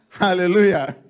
Hallelujah